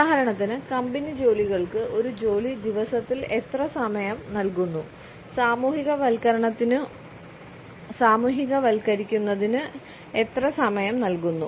ഉദാഹരണത്തിന് കമ്പനി ജോലികൾക്ക് ഒരു ജോലി ദിവസത്തിൽ എത്ര സമയം നൽകുന്നു സാമൂഹികവൽക്കരിക്കുന്നതിന് എത്ര സമയം നൽകുന്നു